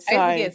Sorry